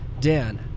Dan